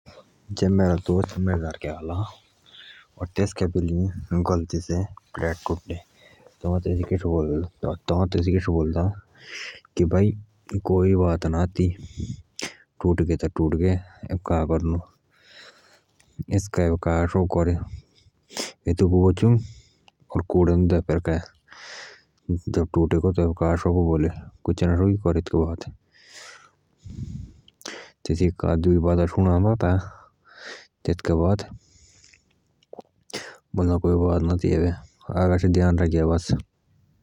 जे मेरा दोस्त मेंर दारके आअला और तेसके बिली पलेट नटले टुटे तब आऊ तेसिक एसो बोलदा कोई बात ना आती टूटगे त टूटगे एबे का करनो एतू उबो चुन्ग और कुंडेदो दे फेरकाए जब टूटेगो तब का सकअ करें तेसिक दुई बात सुनाअदा ता तई एस बोलदा ता आगे से ध्यान राखियां।